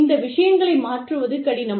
இந்த விஷயங்களை மாற்றுவது கடினம்